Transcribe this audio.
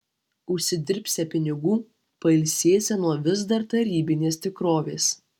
užsidirbsią pinigų pailsėsią nuo vis dar tarybinės tikrovės